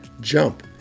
jump